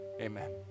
Amen